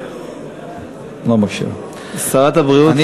שרת הבריאות,